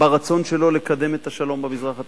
ברצון שלו לקדם את השלום במזרח התיכון.